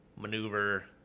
maneuver